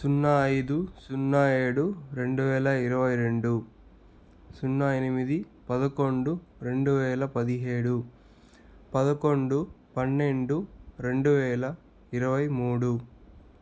సున్నా ఐదు సున్నా ఏడు రెండు వేల ఇరవై రెండు సున్నా ఎనిమిది పదకొండు రెండు వేల పదిహేడు పదకొండు పన్నెండు రెండు వేల ఇరవై మూడు